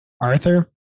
Arthur